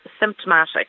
symptomatic